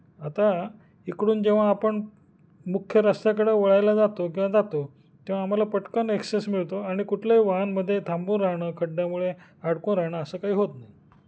आता इकडून जेव्हा आपण मुख्य रस्त्याकडं वळायला जातो किंवा जातो तेव्हा आम्हाला पटकन ॲक्सेस मिळतो आणि कुठलंही वाहन मध्ये थांबून राहणं खड्ड्यामुळे अडकून राहणं असं काही होत नाही